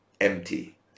empty